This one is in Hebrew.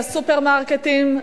לסופרמרקטים,